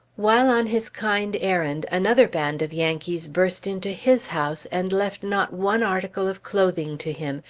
while on his kind errand, another band of yankees burst into his house and left not one article of clothing to him,